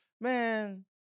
man